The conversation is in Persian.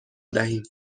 دهید